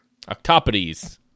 Octopodes